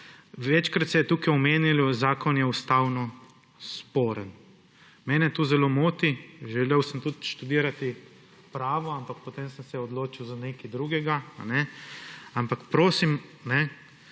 Večkrat se je tukaj omenjalo, zakon je ustavno sporen. Mene to zelo moti. Želel sem tudi študirati pravo, ampak potem sem se odločil za nekaj drugega. Ampak prosim,